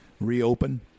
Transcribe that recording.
reopen